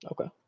Okay